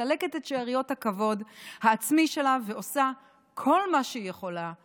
מסלקת את שאריות הכבוד העצמי שלה ועושה כל מה שהיא יכולה.